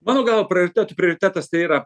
mano gal prioritetų prioritetas tai yra